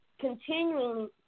continuing